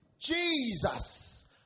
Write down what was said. Jesus